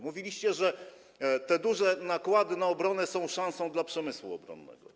Mówiliście, że te duże nakłady na obronę są szansą dla przemysłu obronnego.